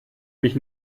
mich